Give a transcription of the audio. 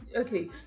okay